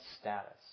status